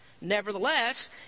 Nevertheless